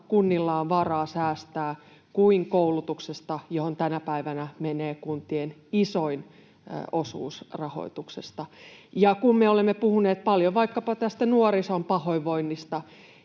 kunnilla on varaa säästää kuin koulutuksesta, johon tänä päivänä menee kuntien isoin osuus rahoituksesta? Ja kun me olemme puhuneet paljon vaikkapa nuorison pahoinvoinnista,